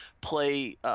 play